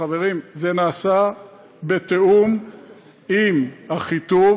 חברים, זה נעשה בתיאום עם אחיטוב.